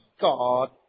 God